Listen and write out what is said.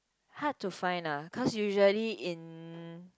hard to find ah cause usually in